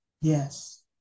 yes